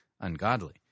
ungodly